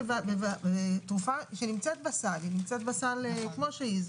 התרופה נמצאת בסל, כמו שהיא.